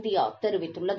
India தெரிவித்துள்ளது